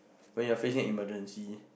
when you're facing emergency